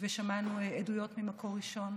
ושמענו עדויות ממקור ראשון,